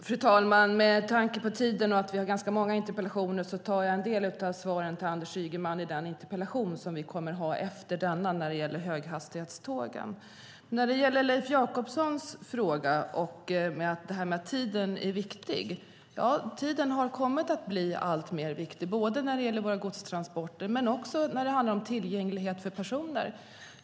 Fru talman! Med tanke på tiden och att vi har ganska många interpellationer tar jag en del av svaren till Anders Ygeman i den interpellationsdebatt som vi kommer att ha efter denna när det gäller höghastighetstågen. På Leif Jakobssons fråga om att tiden är viktig kan jag svara att tiden har kommit att bli alltmer viktig, både när det gäller våra godstransporter och när det handlar om tillgänglighet för personer.